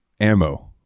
ammo